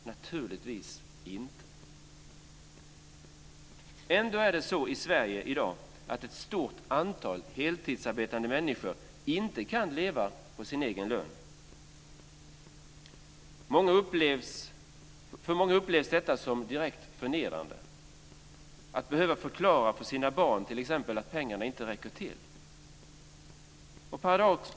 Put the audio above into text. Naturligtvis inte. Ändå är det så i Sverige i dag att ett stort antal heltidsarbetande människor inte kan leva på sin egen lön. För många upplevs detta som direkt förnedrande, när man t.ex. behöver förklara för sina barn att pengarna inte räcker till.